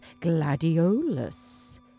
Gladiolus